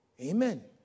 Amen